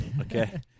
Okay